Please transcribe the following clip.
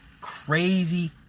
crazy